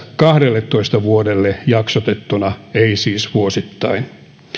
kahdelletoista vuodelle jaksotettuna ei siis vuosittain